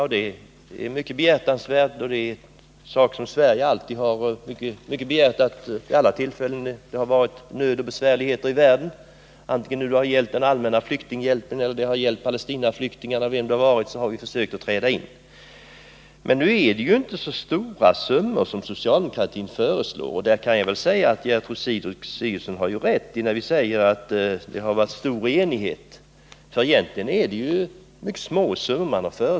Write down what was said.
Här rör det sig om en mycket behjärtansvärd sak, och Sverige har hjälpt vid alla tillfällen då det har varit nöd ute i världen, vare sig det nu gällt allmän flyktinghjälp eller Palestinaflyktingarna. Vilka det än har varit fråga om har Sverige försökt att hjälpa. Men nu föreslår ju inte socialdemokratin så stora summor. Gertrud Sigurdsen har rätt när hon säger att det har rått stor enighet. Egentligen har det föreslagits mycket små summor.